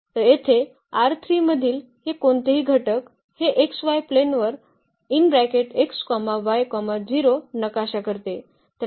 तर येथे मधील हे कोणतेही घटक हे xy प्लेनवर x y 0 नकाशा करते